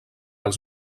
els